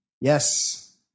Yes